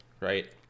right